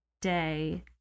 day